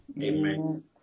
Amen